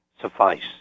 suffice